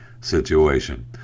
situation